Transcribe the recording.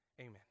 Amen